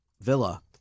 Villa